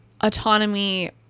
autonomy